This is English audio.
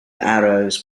arrows